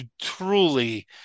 truly